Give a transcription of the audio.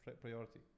priority